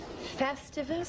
Festivus